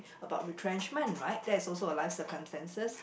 about retrenchment right that is also a life circumstances